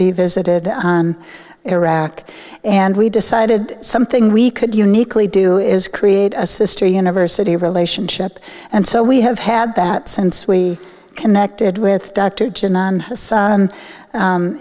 be visited on iraq and we decided something we could uniquely do is create a sister university relationship and so we have had that since we connected with